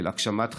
של הגשמת חלומות,